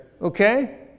okay